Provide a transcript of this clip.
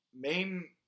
main